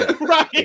right